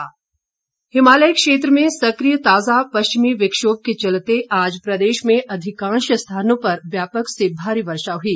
मौसम हिमालय क्षेत्र में सक्रिय ताजा पश्चिमी विक्षोम के चलते आज प्रदेश में अधिकांश स्थानों पर व्यापक से भारी वर्षा हुई